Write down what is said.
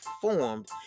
formed